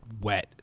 wet